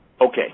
Okay